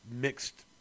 mixed